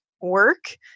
work